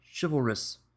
chivalrous